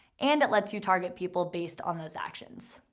and it lets you target people based on those actions.